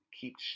keep